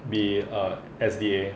be uh S_D_A